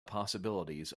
possibilities